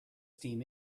steam